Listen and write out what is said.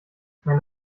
mein